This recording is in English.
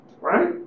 Right